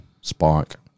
spark